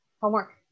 Homework